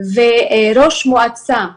וראש מועצה אומר,